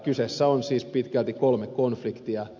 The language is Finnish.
kyseessä on siis pitkälti kolme konfliktia